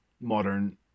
modern